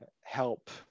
help